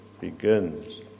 begins